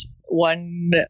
One